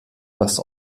was